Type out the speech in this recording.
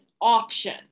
option